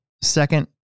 second